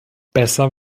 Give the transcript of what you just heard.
besser